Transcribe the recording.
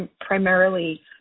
primarily